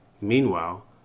Meanwhile